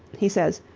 he says,